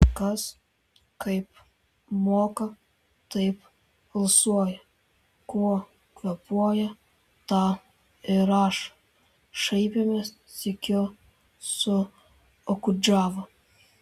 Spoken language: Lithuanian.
kas kaip moka taip alsuoja kuo kvėpuoja tą ir rašo šaipėmės sykiu su okudžava